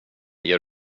ger